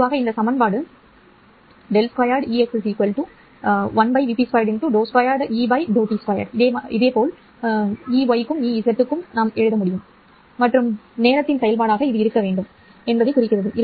பொதுவாக இந்த சமன்பாடு Ex என்பது x y z மற்றும் நேரத்தின் செயல்பாடாக இருக்க வேண்டும் என்பதைக் குறிக்கிறது